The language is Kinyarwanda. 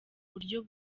buryo